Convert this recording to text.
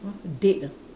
!huh! dead ah